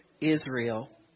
israel